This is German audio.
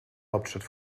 hauptstadt